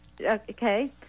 okay